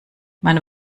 man